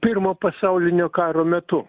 pirmo pasaulinio karo metu